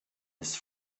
his